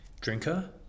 Drinker